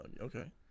okay